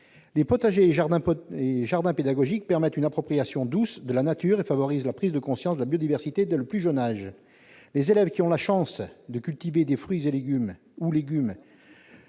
Les potagers et jardins pédagogiques permettent une appropriation douce de la nature et favorisent la prise de conscience de la biodiversité dès le plus jeune âge. Les élèves qui ont la chance de cultiver des fruits et des légumes